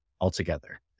altogether